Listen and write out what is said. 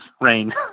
rain